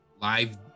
live